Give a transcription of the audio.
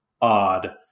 odd